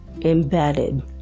embedded